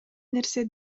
нерсе